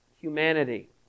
humanity